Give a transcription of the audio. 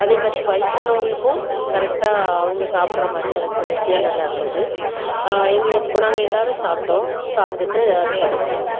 அதேமாதிரி வயசானவர்களுக்கும் கரெக்டாக அவங்க சாப்பிடுற மாதிரி நல்ல ஸ்பைசியாக நல்லாயிருந்தது எங்கள் இப்போ நாங்கள் எல்லோரும் சாப்பிட்டோம் சாப்பிடுட்டு அதுக்கப்புறம்